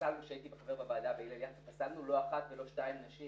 כשהייתי חבר בוועדה בהלל יפה פסלנו לא אחת ולא שתיים נשים